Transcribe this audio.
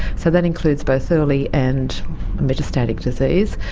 so that includes both early and metastatic disease.